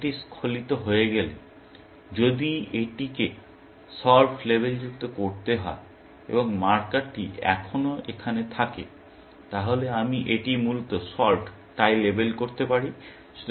একবার এটি স্খলিত হয়ে গেলে যদি এটিকে সল্ভড লেবেলযুক্ত করতে হয় এবং মার্কারটি এখনও এখানে থাকে তাহলে আমি এটি মূলত সল্ভড তাই লেবেল করতে পারি